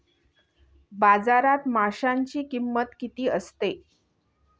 बाजारात माशांची किंमत किती असते?